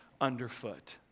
underfoot